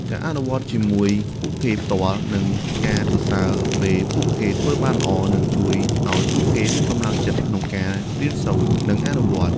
ការអនុវត្តន៍ជាមួយពួកគេផ្ទាល់ និងការសរសើរពេលពួកគេធ្វើបានល្អ នឹងជួយឱ្យពួកគេមានកម្លាំងចិត្តក្នុងការរៀនសូត្រ និងអនុវត្តន៍។